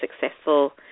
successful